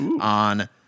on